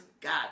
God